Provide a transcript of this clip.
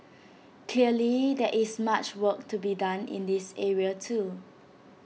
clearly there is much work to be done in this area too